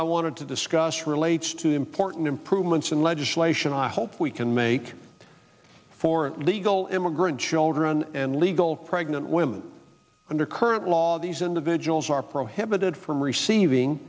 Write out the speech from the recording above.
i wanted to discuss relates to the important improvements in legislation i hope we can make for an illegal immigrant children and legal pregnant women under current law these individuals are prohibited from receiving